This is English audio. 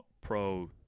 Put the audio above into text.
pro